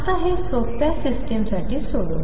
आता हे सोप्या सिस्टमसाठी सोडवू